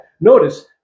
Notice